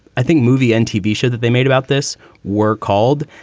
i think, movie and tv show that they made about this were called.